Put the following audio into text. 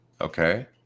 okay